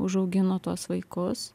užaugino tuos vaikus